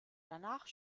danach